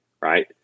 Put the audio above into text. right